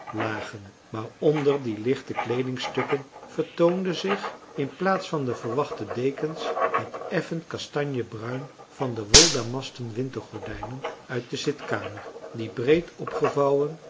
lagen maar onder die lichte kleedingstukken vertoonde zich in plaats van de verwachte dekens het effen kastanjebruin van de wol damasten wintergordijnen uit de zitkamer die breed opgevouwen